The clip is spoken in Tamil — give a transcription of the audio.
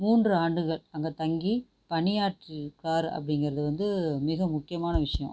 மூன்று ஆண்டுகள் அங்கே தங்கி பணியாற்றி இருக்கிறார் அப்படிங்கிறது து வந்து மிக முக்கியமான விஷயம்